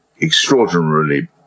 extraordinarily